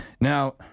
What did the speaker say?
Now